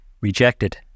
rejected